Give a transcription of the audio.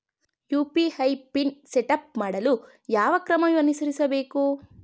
UPI PIN setup ಮಾಡಲು ಯಾವ ಕ್ರಮ ಅನುಸರಿಸಬೇಕು?